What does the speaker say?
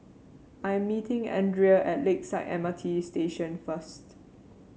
I am meeting Andrea at Lakeside M R T Station first